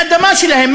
מהאדמה שלהם.